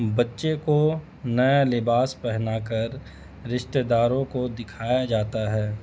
بچے کو نیا لباس پہنا کر رشتے داروں کو دکھایا جاتا ہے